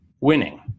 Winning